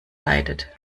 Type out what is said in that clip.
leidet